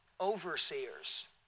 overseers